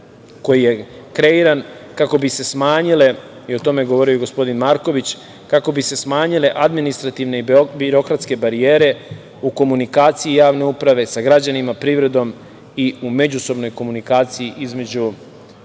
koji je kreiran kako bi se smanjile, o tome je govorio i gospodin Marković, kako bi se smanjile administrativne i birokratske barijere u komunikaciji javne uprave sa građanima, privredom i u međusobnoj komunikaciji između